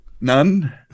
None